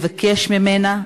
לבקש ממנה,